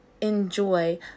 Enjoy